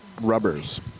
rubbers